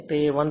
તેથી 1